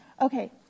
Okay